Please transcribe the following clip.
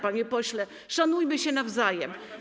Panie pośle, szanujmy się nawzajem.